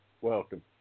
welcome